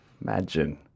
Imagine